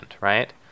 right